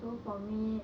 so for me